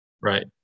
right